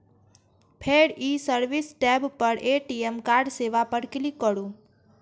फेर ई service tab पर ए.टी.एम कार्ड सेवा पर क्लिक करू